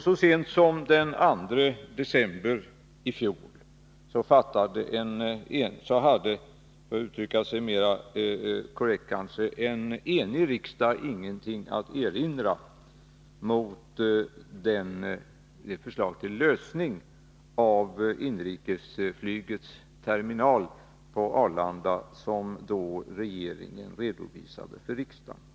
Så sent som den 2 december i fjol hade en enig riksdag ingenting att erinra mot det förslag till lösning beträffande inrikesflygets terminal på Arlanda som regeringen hade redovisat för riksdagen.